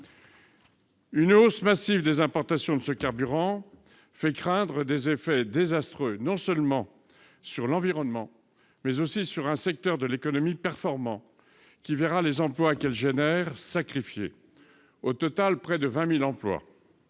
Une hausse massive des importations de ce carburant fait craindre des effets désastreux non seulement sur l'environnement, mais aussi sur un secteur de l'économie performant, qui verra ses emplois sacrifiés. Au total, près de 20 000 emplois